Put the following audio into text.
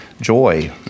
joy